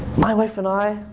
my wife and i,